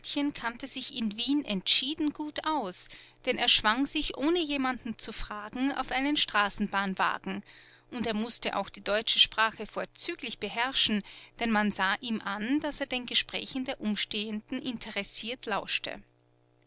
kannte sich in wien entschieden gut aus denn er schwang sich ohne jemanden zu fragen auf einen straßenbahnwagen und er mußte auch die deutsche sprache vorzüglich beherrschen denn man sah ihm an daß er den gesprächen der umstehenden interessiert lauschte